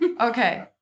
Okay